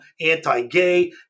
anti-gay